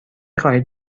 خواهید